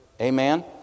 Amen